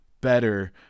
better